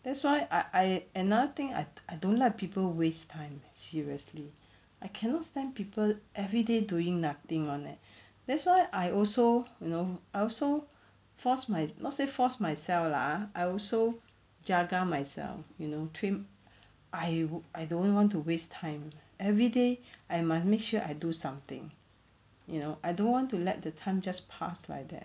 that's why I I another thing I don't like people waste time seriously I cannot stand people everyday doing nothing [one] leh that's why I also you know I also force my not say force myself lah ah I also jaga myself you know I I don't want to waste time everyday I must make sure I do something you know I don't want to let the time just passed like that